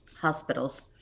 hospitals